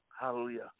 Hallelujah